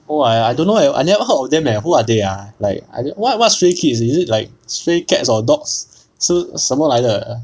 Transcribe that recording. oh I don't know eh I never heard of them eh who are they ah like what what stray kids is it like stray cats or dogs 是什么来的